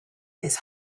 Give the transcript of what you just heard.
his